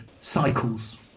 Cycles